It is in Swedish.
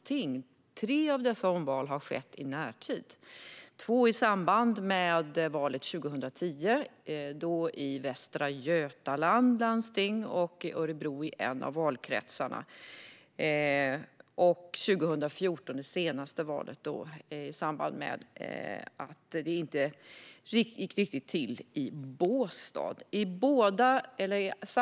Tre av dessa omval har skett i närtid - två i samband med valet 2010 i Västra Götalandsregionen och i en valkrets i Örebro, och ett vid det senaste valet, 2014, då det inte gick riktigt till i Båstad.